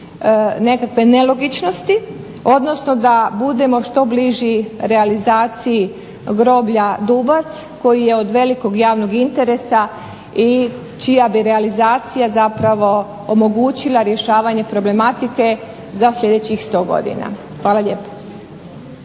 nekakve nelogičnosti, odnosno da budemo što bliži realizaciji groblja Dubac koji je od velikog javnog interesa i čija bi realizacija zapravo omogućila rješavanje problematike za sljedećih 100 godina. Hvala lijepa.